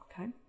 okay